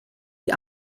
die